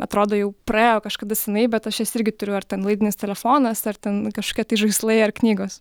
atrodo jau praėjo kažkada seniai bet aš irgi turiu ar ten laidinis telefonas ar ten kažkokie tai žaislai ar knygos